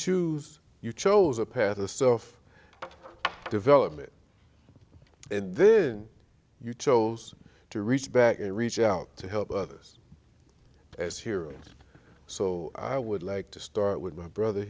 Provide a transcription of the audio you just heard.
choose you chose a path or self development and then you chose to reach back and reach out to help others as here and so i would like to start with my brother